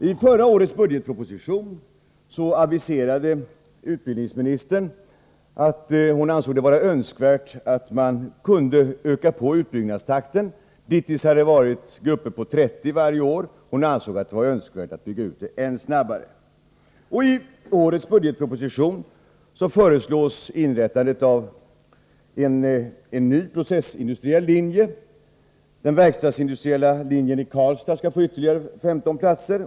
I förra årets budgetproposition anförde ] utbildningsministern att hon ansåg det vara önskvärt att öka på utbyggnads 3 ;-= g : Z z Vissa anslag till takten. Dittills hade det gällt grupper på 30 varje år — hon ansåg att det var rundlä d. önskvärt att bygga ut ännu snabbare.